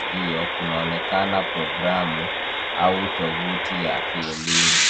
hiyo kunaonekana programu au tovuti ya kielimu.